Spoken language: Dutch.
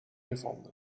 gevonden